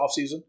offseason